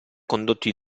condotto